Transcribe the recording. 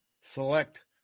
select